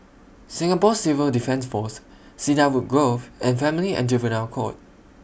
Singapore Civil Defence Force Cedarwood Grove and Family and Juvenile Court